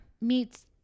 meets